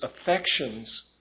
affections